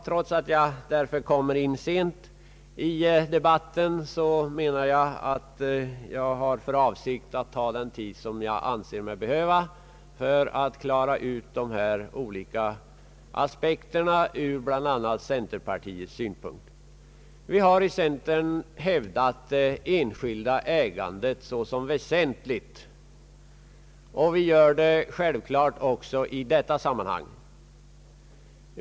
Trots att jag kommer in sent i debatten, har jag för avsikt att ta i anspråk den tid jag anser mig behöva för att klara ut de olika aspekterna ur bl.a. centerpartiets synpunkt. Vi har i centern hävdat det enskilda ägandet såsom väsentligt, och vi gör det självfallet också i detta sammanhang.